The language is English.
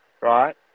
right